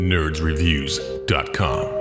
nerdsreviews.com